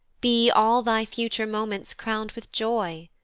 be all thy future moments crown'd with joy!